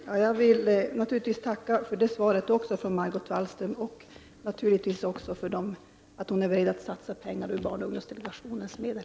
Herr talman! Jag vill naturligtvis tacka även för detta svar från Margot Wallström och för att hon är beredd att satsa pengar från barnoch ungdomsdelegationens medel.